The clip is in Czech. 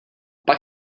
pak